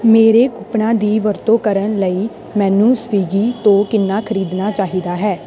ਮੇਰੇ ਕੂਪਨਾਂ ਦੀ ਵਰਤੋਂ ਕਰਨ ਲਈ ਮੈਨੂੰ ਸਵਿਗੀ ਤੋਂ ਕਿੰਨਾ ਖ਼ਰੀਦਣਾ ਚਾਹੀਦਾ ਹੈ